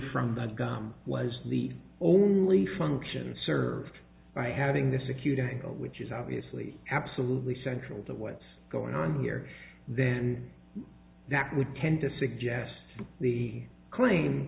from the guy was the only function served by having this acute angle which is obviously absolutely central to what's going on here then that would tend to suggest the claim